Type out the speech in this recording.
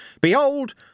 Behold